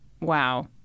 Wow